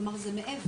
כלומר זה מעבר.